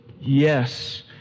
Yes